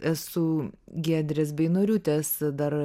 esu giedrės beinoriūtės dar